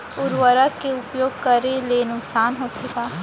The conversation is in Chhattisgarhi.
उर्वरक के उपयोग करे ले नुकसान होथे का?